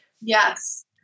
yes